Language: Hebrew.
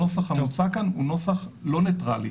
הנוסח המוצע כאן הוא נוסח לא ניטרלי,